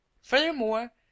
furthermore